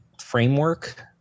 framework